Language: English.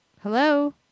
Hello